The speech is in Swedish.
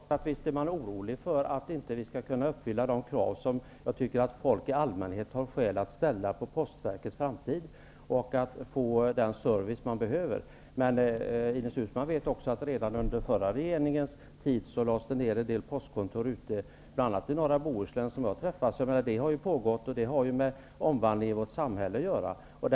Herr talman! Visst är man orolig för att vi inte skall kunna uppfylla de krav som jag tycker att folk i allmänhet har skäl att ställa på postverket i framtiden när det gäller service. Ines Uusmann vet att man redan under den förra regeringens tid lade ner en del postkontor ute i landet, bl.a. i norra Bohuslän. Detta har pågått och har med omvandlingen i vårt samhälle att göra.